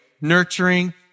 nurturing